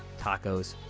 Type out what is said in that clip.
tacos,